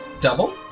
Double